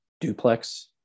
duplex